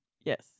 Yes